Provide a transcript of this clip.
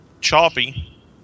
choppy